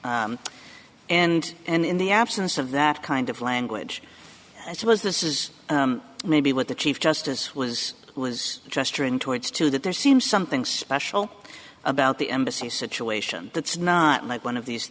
and and in the absence of that kind of language i suppose this is maybe what the chief justice was was gesturing towards too that there seems something special about the embassy situation that's not like one of these